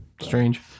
strange